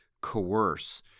coerce